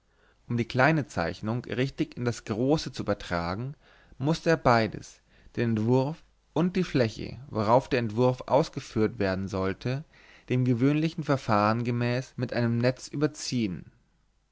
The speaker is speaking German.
um die kleine zeichnung richtig in das große zu übertragen mußte er beides den entwurf und die fläche worauf der entwurf ausgeführt werden sollte dem gewöhnlichen verfahren gemäß mit einem netz überziehn